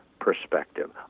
perspective